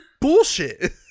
bullshit